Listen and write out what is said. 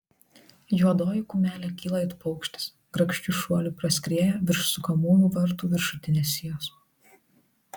juodoji kumelė kyla it paukštis grakščiu šuoliu praskrieja virš sukamųjų vartų viršutinės sijos